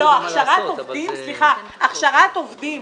הכשרת עובדים